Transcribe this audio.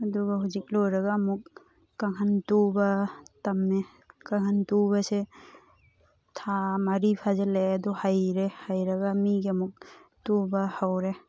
ꯑꯗꯨꯒ ꯍꯧꯖꯤꯛ ꯂꯣꯏꯔꯒ ꯑꯃꯨꯛ ꯀꯥꯡꯍꯟ ꯇꯨꯕ ꯇꯝꯃꯦ ꯀꯥꯡꯍꯟ ꯇꯨꯕꯁꯦ ꯊꯥ ꯃꯔꯤ ꯐꯥꯖꯤꯜꯂꯛꯑꯦ ꯑꯗꯨ ꯍꯩꯔꯦ ꯍꯩꯔꯒ ꯃꯤꯒꯤ ꯑꯃꯨꯛ ꯇꯨꯕ ꯍꯧꯔꯦ